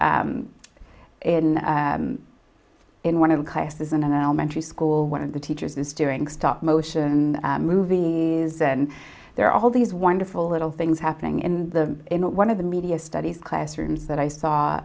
in in one of the classes in an elementary school one of the teachers is doing stop motion movies then they're all these wonderful little things happening in the in one of the media studies classrooms that i saw